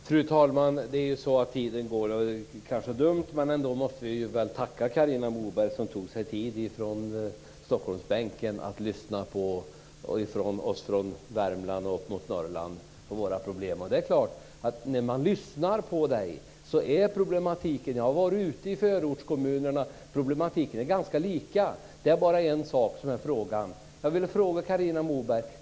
Fru talman! Tiden går, och det är kanske dumt att ta till orda. Men vi måste väl ändå tacka Carina Moberg som tog sig tid från Stockholmsbänken att lyssna på oss från Värmland och upp mot Norrland och våra problem. När man lyssnar på Carina Moberg märker man att problematiken är ganska lika. Jag har varit ute i förortskommunerna.